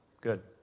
Good